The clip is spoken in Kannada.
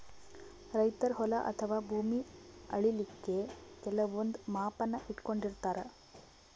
ರೈತರ್ ಹೊಲ ಅಥವಾ ಭೂಮಿ ಅಳಿಲಿಕ್ಕ್ ಕೆಲವಂದ್ ಮಾಪನ ಇಟ್ಕೊಂಡಿರತಾರ್